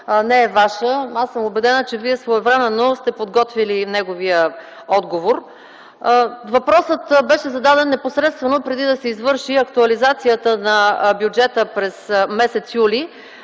Аз съм убедена, че Вие своевременно сте подготвили неговия отговор. Въпросът беше зададен непосредствено преди да се извърши актуализацията на бюджета през м. юли,